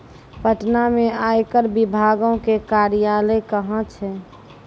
पटना मे आयकर विभागो के कार्यालय कहां छै?